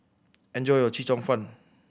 enjoy your Chee Cheong Fun